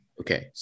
Okay